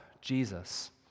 Jesus